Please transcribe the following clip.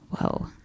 whoa